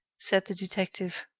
said the detective.